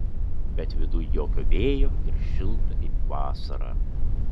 bet viduj jokio vėjo ir šilta kaip vasarą